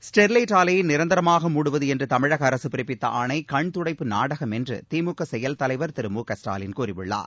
Sterlite ஆலையை நிரந்தரமாக மூடுவது என்று தமிழக அரசு பிறப்பித்த ஆணை கண்துடைப்பு நாடகம் என்று திமுக செயல்தலைவர் திரு மு க ஸ்டாலின் கூறியுள்ளார்